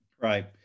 Right